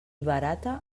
barata